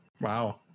Wow